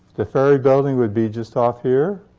the ferry building would be just off here.